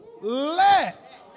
Let